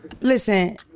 Listen